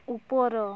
ଉପର